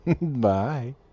bye